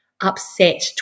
upset